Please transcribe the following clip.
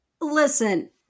Listen